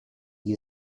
you